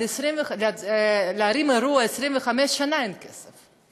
אבל להרים אירוע ל-25 שנה אין כסף.